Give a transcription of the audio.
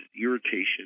irritation